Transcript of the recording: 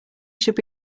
should